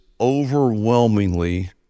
overwhelmingly